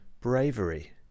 bravery